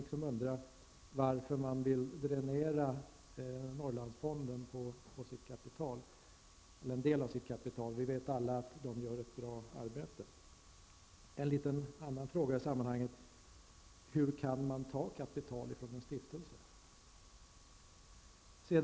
Jag undrar: Varför vill regeringen dränera Norrlandsfonden på en del av dess kapital? Vi vet ju alla att man inom fonden gör ett bra arbete. En annan fråga i sammanhanget är följande: Hur kan man ta kapital från en stiftelse?